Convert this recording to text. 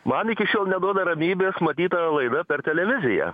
man iki šiol neduoda ramybės matyta laida per televiziją